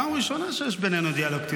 פעם ראשונה שיש בינינו דיאלוג,